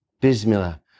Bismillah